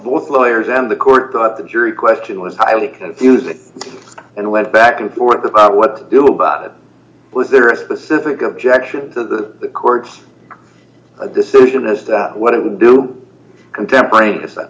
both lawyers and the court thought the jury question was highly confusing and went back and forth about what to do about it was there a specific objection to the court's decision as to what it can do contemporaneous